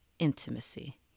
Intimacy